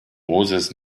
moses